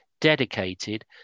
dedicated